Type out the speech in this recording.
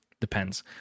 Depends